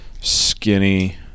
skinny